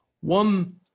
One